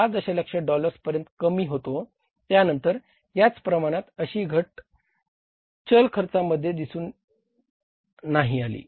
6 दशलक्ष डॉलर्स पर्यंत कमी होतो त्यानंतर याच प्रमाणात अशी घट चल खर्चामध्ये दिसून नाही आली